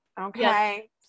Okay